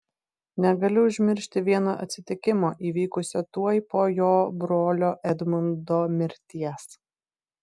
negaliu užmiršti vieno atsitikimo įvykusio tuoj po jo brolio edmundo mirties